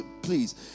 please